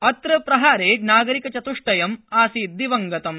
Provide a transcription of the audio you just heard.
अत्र प्रहारे नागरिकचत्ष्टयं आसीत् दिवंगतम्